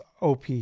OP